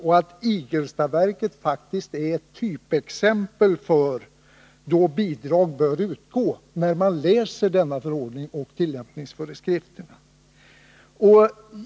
När man läser förordningen och tillämpningsföreskrifterna, finner man att Igelstaverket faktiskt är ett typexempel på ett sådant fall då bidrag bör utgå.